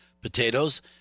potatoes